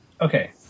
Okay